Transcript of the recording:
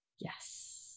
yes